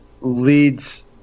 leads